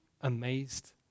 amazed